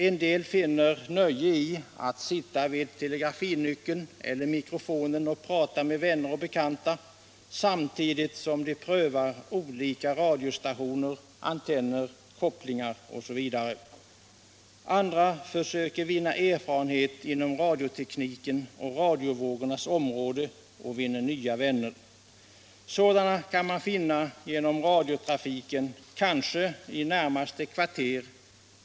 Somliga finner nöje i att sitta vid telegrafinyckeln eller mikrofonen och tala med vänner och bekanta samtidigt som de prövar olika radiostationer, antenner, kopplingar osv. Andra försöker vinna erfarenhet på radioteknikens och radiovågornas område och får därmed nya vänner. Sådana kan man finna genom radiotrafiken, kanske i det närmaste kvarteret.